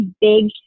big